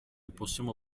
possiamo